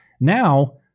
Now